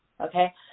Okay